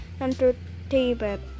Entertainment